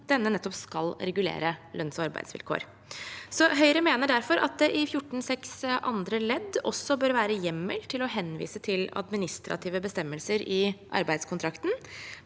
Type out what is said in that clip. nettopp skal regulere lønnsog arbeidsvilkår. Høyre mener derfor at det i § 14-6 andre ledd også bør være hjemmel til å henvise til administrative bestemmelser i arbeidskontrakten.